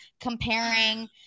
comparing